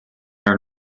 are